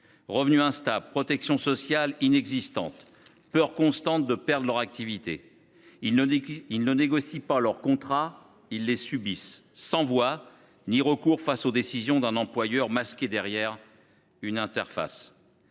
Revenu instable, protection sociale inexistante, peur constante de perdre leur activité. Ils ne négocient pas leurs contrats, ils les subissent, sans voix ni recours face aux décisions d’un employeur masqué derrière une interface.